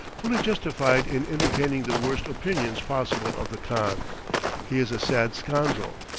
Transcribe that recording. fully justified in entertaining the worst opinions possible of the khan he is a sad scoundrel,